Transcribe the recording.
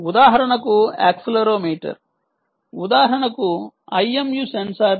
ఉదాహరణకు యాక్సిలెరోమీటర్ ఉదాహరణకు IMU సెన్సార్లు